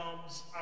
comes